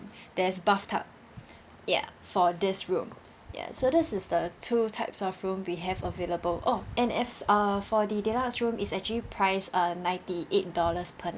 there's bathtub ya for this room ya so this is the two types of room we have available oh and as uh for the deluxe room is actually price uh ninety eight dollars per